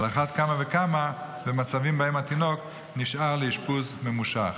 על אחת כמה וכמה במצבים שבהם התינוק נשאר לאשפוז ממושך.